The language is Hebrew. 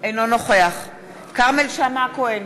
אינו נוכח כרמל שאמה-הכהן,